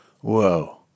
whoa